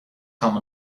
come